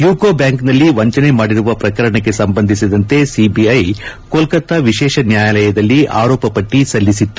ಯೂಕೋ ಬ್ಯಾಂಕಿನಲ್ಲಿ ವಂಚನೆ ಮಾಡಿರುವ ಪ್ರಕರಣಕ್ಕೆ ಸಂಬಂಧಿಸಿದಂತೆ ಸಿಬಿಐ ಕೋಲ್ಕತ್ತಾ ವಿಶೇಷ ನ್ಯಾಯಾಲಯದಲ್ಲಿ ಆರೋಪ ಪಟ್ಟಿ ಸಲ್ಲಿಸಿತ್ತು